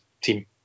team